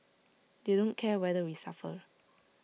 they don't care whether we suffer